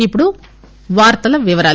ఇప్పుడు వార్తల వివరాలు